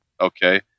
Okay